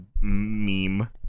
meme